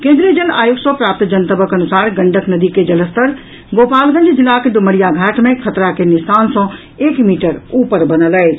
केन्द्रीय जल आयोग सॅ प्राप्त जनतबक अनुसार गंडक नदी के जलस्तर गोपालगंज जिलाक डुमरिया घाट मे खतरा के निशान सॅ एक मीटर ऊपर बनल अछि